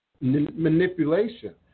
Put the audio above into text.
manipulation